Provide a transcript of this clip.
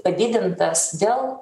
padidintas dėl